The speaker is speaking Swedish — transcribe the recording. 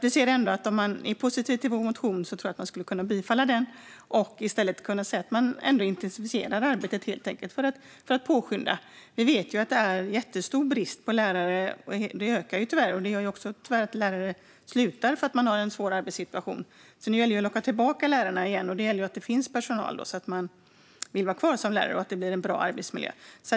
Vi ser ändå att om man är positiv till vår motion skulle man kunna bifalla den och i stället säga att man helt enkelt intensifierar arbetet för att påskynda detta. Vi vet ju att det råder en jättestor brist på lärare, som tyvärr ökar. Det gör också att lärare slutar för att de har en svår arbetssituation. Det gäller att locka tillbaka lärarna igen, och då gäller det att det finns personal så att man vill vara kvar som lärare och att det blir en bra arbetsmiljö.